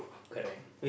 correct